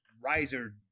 riser